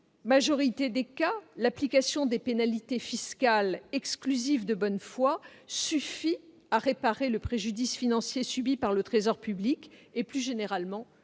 majorité des cas, l'application des pénalités fiscales exclusives de bonne foi suffit à réparer le préjudice financier subi par le trésor public et, plus généralement,